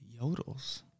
Yodels